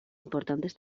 importantes